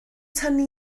tynnu